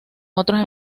otros